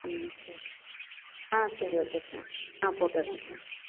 ம் ஆ சரி ஓகே சார் ஆ போட்டுடறேன் சார்